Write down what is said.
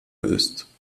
ist